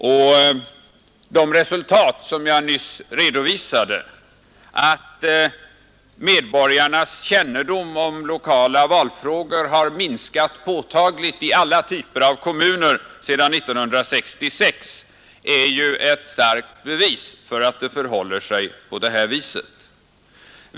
Och de resultat som jag nyss redovisade, att medborgarnas kännedom om lokala valfrågor har minskat påtagligt i alla typer av kommuner sedan 1966, är ju ett starkt bevis för att det förhåller sig på det här viset.